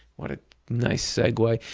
what a nice segue.